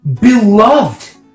beloved